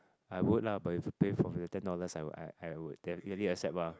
I would lah but you've pay for your ten dollars I I I would then really accept ah